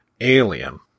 Alien